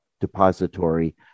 depository